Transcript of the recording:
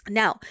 now